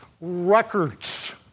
records